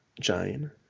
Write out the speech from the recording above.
Jane